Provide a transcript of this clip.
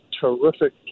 Terrific